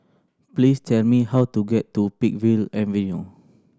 please tell me how to get to Peakville Avenue